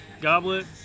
goblet